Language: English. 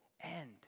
end